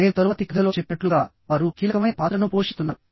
నేను తరువాతి కథలో చెప్పినట్లుగావారు చాలా కీలకమైన పాత్రను పోషిస్తున్నారు